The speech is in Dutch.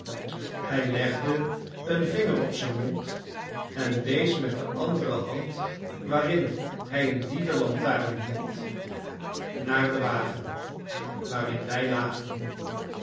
hij legde een vinger op zijn mond en wees met de andere hand waarin hij een dievenlantaarn hield naar den wagen waarin wij lagen